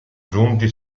giunti